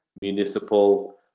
municipal